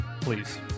please